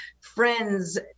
friends